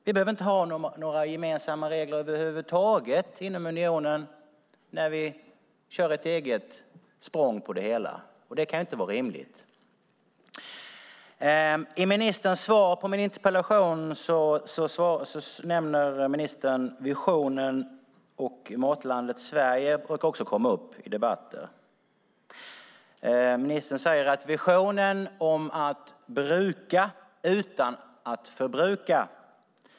Vi behöver inte ha några gemensamma regler över huvud taget inom unionen när vi kör ett eget språng på det hela. Det kan inte vara rimligt. I ministerns svar på min interpellation nämner ministern visionen Matlandet Sverige, och den brukar också komma upp i debatter. Ministern pratar om visionen att bruka utan att förbruka.